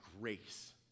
grace